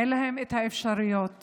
אין אפשרויות